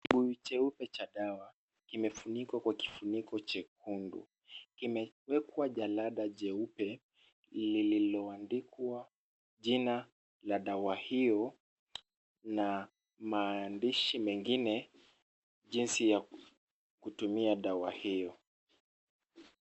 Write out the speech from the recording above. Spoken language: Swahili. Kibuyu cheupe cha dawa kimefunikwa kwa kifuniko chekundu. Kimewekwa jalada jeupe lililoandikwa jina la dawa hiyo na maandishi mengine jinsi ya kutumia dawa hiyo.